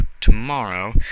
tomorrow